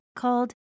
called